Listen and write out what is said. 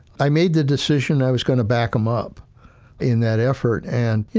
i made the decision i was going to back them up in that effort and, you